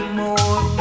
more